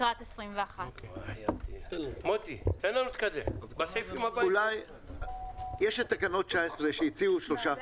לקראת 21. יש את תקנות 2019 שהציעו 3%,